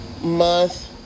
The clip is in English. month